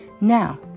Now